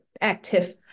active